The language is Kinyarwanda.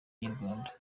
inyarwanda